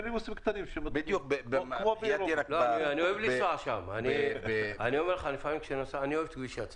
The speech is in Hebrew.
אני בטוח שחברתנו אימאן תצליח ותמלא את התפקיד הזה על